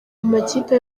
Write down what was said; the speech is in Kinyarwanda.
amakipe